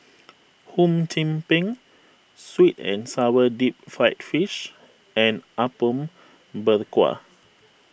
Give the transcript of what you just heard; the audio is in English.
Hum Chim Peng Sweet and Sour Deep Fried Fish and Apom Berkuah